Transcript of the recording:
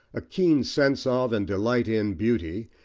a keen sense of, and delight in beauty,